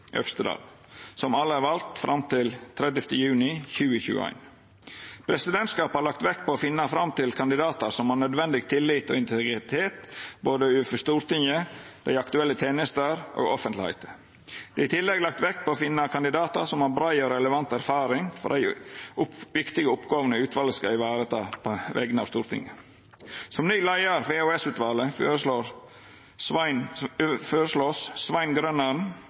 Øvstedal, som alle er valde fram til 30. juni 2021. Presidentskapet har lagt vekt på å finna fram til kandidatar som har nødvendig tillit og integritet overfor både Stortinget, dei aktuelle tenestene og offentlegheita. Det er i tillegg lagt vekt på å finna kandidatar som har brei og relevant erfaring for dei viktige oppgåvene utvalet skal varetaka på vegner av Stortinget. Som ny leiar for EOS-utvalet vert Svein